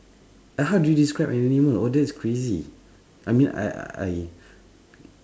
and how do you describe an animal !wow! that's crazy I mean I I